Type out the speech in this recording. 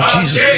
Jesus